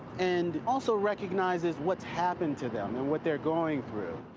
and also recognizes what's happened to them and what they're going through.